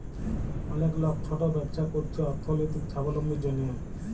অলেক লক ছট ব্যবছা ক্যইরছে অথ্থলৈতিক ছাবলম্বীর জ্যনহে